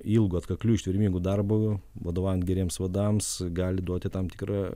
ilgu atkakliu ištvermingu darbu vadovaujant geriems vadams gali duoti tam tikrą